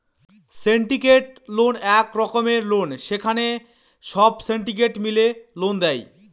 syndicated loan এক রকমের loan যেখানে সব সিন্ডিকেট মিলে লোন দেয়